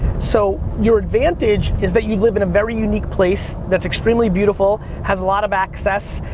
so your advantage is that you live in a very unique place that's extremely beautiful, has a lot of access,